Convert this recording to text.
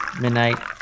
midnight